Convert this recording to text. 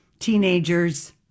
Teenagers